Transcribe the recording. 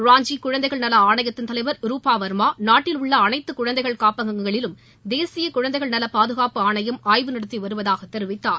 ராஞ்சி குழந்தைகள் நல ஆணையத்தின் தலைவர் ரூபா வர்மா நாட்டிலுள்ள அனைத்து குழந்தைகள் காப்பகங்களிலும் தேசிய குழந்தைகள் நல பாதுகாப்பு ஆணையம் ஆய்வு நடத்தி வருவதாகத் தெரிவித்தார்